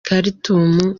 khartoum